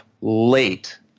late